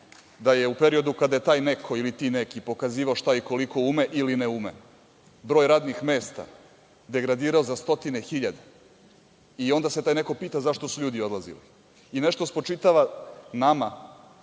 da je u periodu kada je taj neko ili ti neki pokazivao šta koliko ume ili ne ume. Broj radnih mesta degradirao za stotine hiljada i onda se taj neko pita zašto su ljudi odlazili. Nešto spočitava nama,